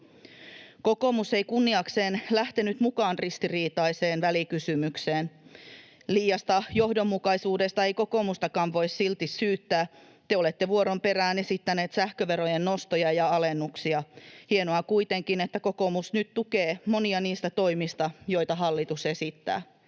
Kokoomus ei kunniakseen lähtenyt mukaan ristiriitaiseen välikysymykseen. Liiasta johdonmukaisuudesta ei kokoomustakaan voi silti syyttää, te olette vuoron perään esittäneet sähköverojen nostoja ja alennuksia. Hienoa kuitenkin on, että kokoomus nyt tukee monia niistä toimista, joita hallitus esittää.